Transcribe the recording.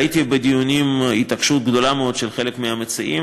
ראיתי בדיונים התעקשות גדולה מאוד של חלק מהמציעים